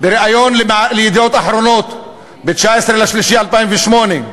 בריאיון ל"ידיעות אחרונות" ב-19 במרס 2008,